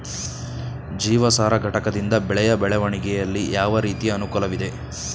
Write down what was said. ಜೀವಸಾರ ಘಟಕದಿಂದ ಬೆಳೆಯ ಬೆಳವಣಿಗೆಯಲ್ಲಿ ಯಾವ ರೀತಿಯ ಅನುಕೂಲವಿದೆ?